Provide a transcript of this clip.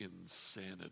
insanity